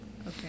okay